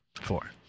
Four